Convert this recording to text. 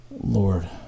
Lord